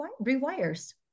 rewires